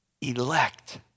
elect